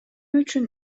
үчүн